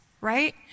right